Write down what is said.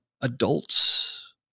adults